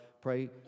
pray